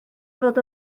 fod